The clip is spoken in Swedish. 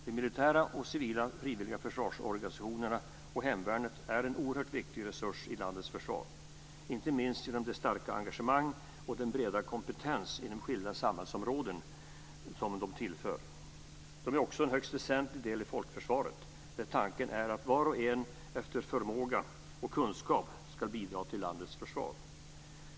De militära och civila frivilliga försvarsorganisationerna och hemvärnet är en oerhört viktig resurs i landets försvar, inte minst genom det starka engagemang och den breda kompetens inom skilda samhällsområden som de tillför. De är också en högst väsentlig del i folkförsvaret, där tanken är att var och en efter förmåga och kunskap ska bidra till landets försvar.